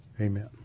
Amen